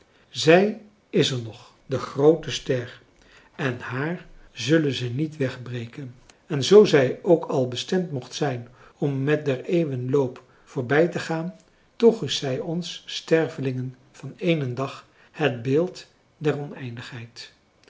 zij is er nog de groote ster en haar zullen ze niet wegbreken en zoo zij ook al bestemd mocht zijn om met der eeuwen loop voorbij te gaan toch is zij ons stervelingen van éénen dag het beeld der oneindigheid